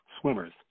swimmers